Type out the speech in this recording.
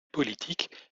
politiques